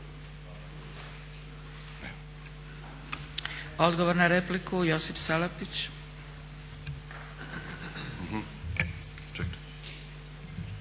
Odgovor na repliku, Josip Salapić.